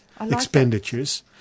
expenditures